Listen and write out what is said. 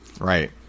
Right